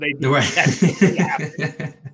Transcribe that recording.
Right